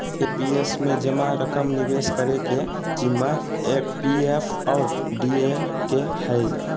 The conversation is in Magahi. एन.पी.एस में जमा रकम निवेश करे के जिम्मा पी.एफ और डी.ए के हइ